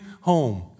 home